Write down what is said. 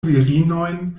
virinojn